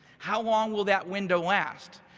how long will that window last,